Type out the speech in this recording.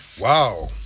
Wow